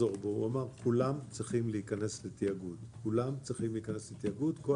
שכולם צריכים להיכנס לתיאגוד והוא לא יחזור בו,